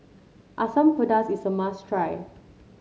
Asam Pedas is a must try